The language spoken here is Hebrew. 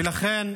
ולכן,